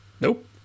nope